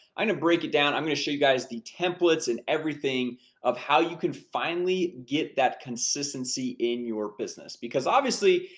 i'm gonna break it down, i'm gonna show you guys the templates and everything of how you can finally get that consistency in your business. because, obviously,